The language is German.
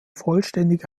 vollständig